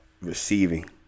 receiving